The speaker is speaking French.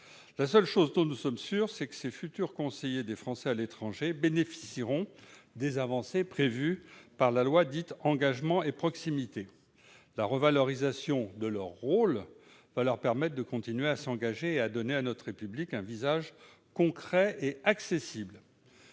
Une seule chose est certaine : les futurs conseillers des Français de l'étranger bénéficieront des avancées prévues par la loi dite « Engagement et proximité ». Grâce à la revalorisation de leur rôle, ils pourront continuer à s'engager et à donner à notre République un visage concret et accessible.